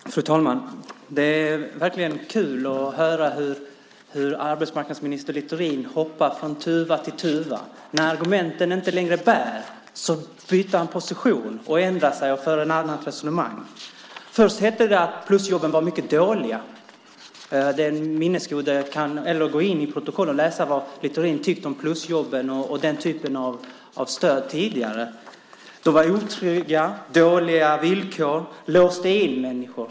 Fru talman! Det är verkligen kul att höra hur arbetsmarknadsminister Littorin hoppar från tuva till tuva. När argumenten inte längre bär byter han position, ändrar sig och för ett annat resonemang. Först hette det att plusjobben var mycket dåliga. Den minnesgode kan gå till protokollen och läsa vad Littorin tidigare tyckte om plusjobb och den typen av stöd. De var otrygga, hade dåliga villkor, låste in människor.